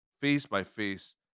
face-by-face